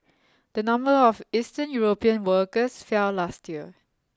the number of Eastern European workers fell last year